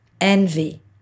Envy